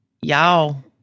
Y'all